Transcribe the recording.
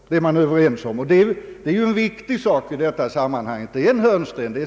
Detta är man överens om, och det är en viktig sak i sammanhanget.